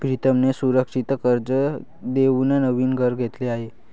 प्रीतमने सुरक्षित कर्ज देऊन नवीन घर घेतले आहे